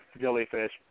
jellyfish